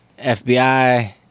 FBI